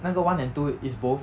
那个 one and two is both